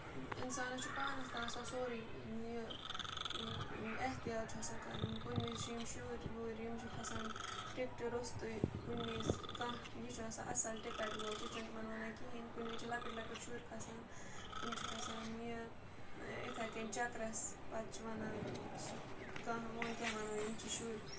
اِنسانَس چھُ پانَس تام آسان سورُے یہِ احتیاط چھُ آسان کَرُن کُنہِ وِز یِم شُرۍ وُرۍ یِم چھِ کھَسان ٹِکٹہِ رُستُے کُنہِ وِز کانٛہہ یہِ چھُ آسان اَصٕل ٹِکَٹ وول سُہ چھِنہٕ تِمَن وَنان کِہیٖنۍ کُنہِ وِزِ چھِ لۄکٹۍ لۄکٕٹۍ شُرۍ کھَسان تٕم چھِ کھَسان یہِ اِتھَے کٔنۍ چَکرَس پَتہٕ چھِ وَنان سُہ کانٛہہ وۄنۍ کیٛاہ وَنو یِم چھِ شُرۍ